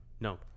No